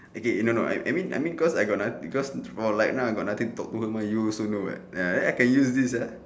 okay no no I mean I mean cause I got noth~ because for like now I got nothing to talk to her mah you also know [what] ya I can use this uh